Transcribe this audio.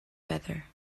better